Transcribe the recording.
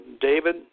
David